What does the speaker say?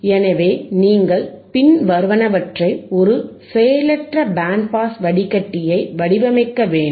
எனவே நீங்கள் பின்வருவனவற்றை ஒரு செயலற்ற பேண்ட் பாஸ் வடிகட்டியை வடிவமைக்க வேண்டும்